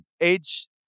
Age